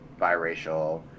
biracial